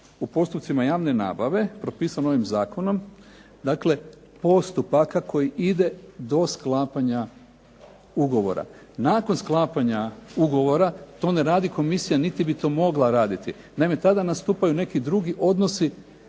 u postupcima javne nabave propisane ovim zakonom, dakle postupaka koji ide do sklapanja ugovora. Nakon sklapanja ugovora, to ne radi komisija niti bi mogla to raditi. Naime, tada nastupaju neki drugi odnosi